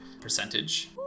percentage